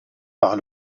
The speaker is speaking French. par